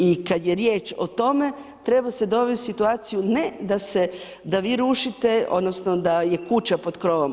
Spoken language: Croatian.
I kad je riječ o tome treba se dovesti u situaciju ne da se, da vi rušite, odnosno da je kuća pod krovom.